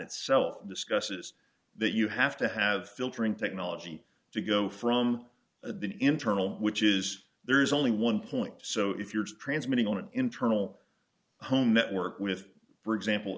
itself discusses that you have to have filtering technology to go from the internal which is there is only one point so if you're transmitting on an internal home network with for example